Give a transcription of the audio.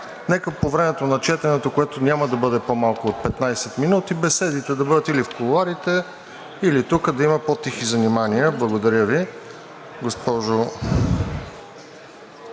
нека по време на четенето, което няма да бъде по-малко от 15 минути, беседите да бъдат или в кулоарите, или тук да има по-тихи занимания. Благодаря Ви. Госпожо